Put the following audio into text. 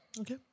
Okay